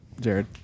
Jared